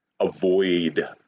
Avoid